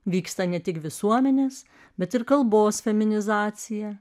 vyksta ne tik visuomenės bet ir kalbos feminizacija